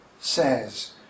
says